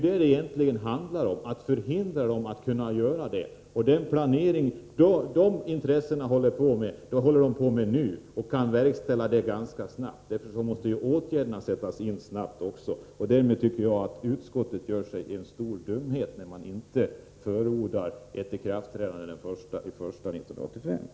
Dessa intressen är i verksamhet nu och kan verkställa sina planer ganska snart. Därför måste åtgärderna sättas in snabbt. Enligt min mening gör utskottet sig skyldigt till en stor dumhet när det inte förordar ett ikraftträdande den 1 januari 1985.